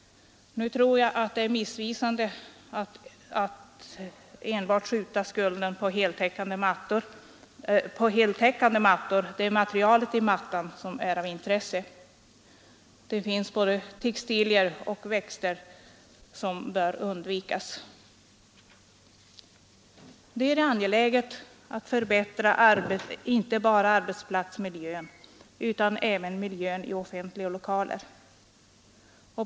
Nu tror jag att det är missvisande att enbart skjuta skulden på heltäckande mattor — det är materialet i mattan som är av intresse. Det finns andra textilier och vissa växter som bör undvikas. Det är angeläget att förbättra inte bara arbetsplatsmiljön utan även miljön i offentliga lokalér.